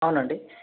అవునండి